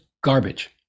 garbage